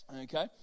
okay